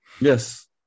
Yes